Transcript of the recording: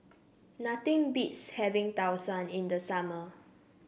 nothing beats having Tau Suan in the summer